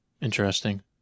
Interesting